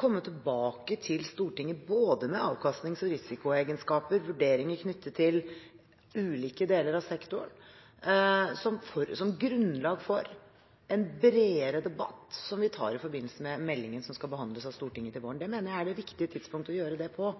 komme tilbake til Stortinget både med avkastnings- og risikoegenskaper og vurderinger knyttet til ulike deler av sektoren som grunnlag for en bredere debatt som vi tar i forbindelse med meldingen som skal behandles av Stortinget til våren. Det mener jeg er det riktige tidspunktet å gjøre det på.